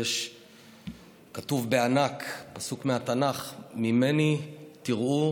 כתוב בענק פסוק מהתנ"ך: "ממני תראו